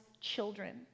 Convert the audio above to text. children